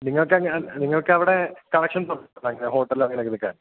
നിങ്ങൾക്ക് നിങ്ങൾക്കവിടെ കണക്ഷൻസുണ്ടോ ഹോട്ടലോ അങ്ങനനെയെന്തെങ്കിലുമൊക്കെ